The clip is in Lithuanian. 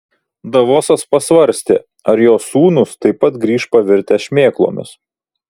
davosas pasvarstė ar jo sūnūs taip pat grįš pavirtę šmėklomis